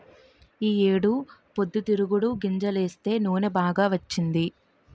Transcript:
ఈ ఏడు పొద్దుతిరుగుడు గింజలేస్తే నూనె బాగా వచ్చింది